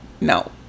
No